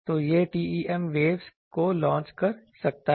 तो यह TEM waves को लॉन्च कर सकता है